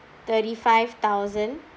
thirty five thousand